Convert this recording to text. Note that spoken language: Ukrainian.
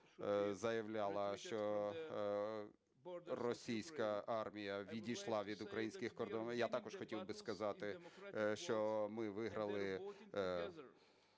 Я також хотів би сказати, що ми виграли